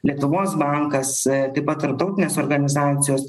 lietuvos bankas taip pat tarptautinės organizacijos